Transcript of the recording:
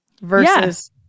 versus